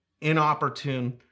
inopportune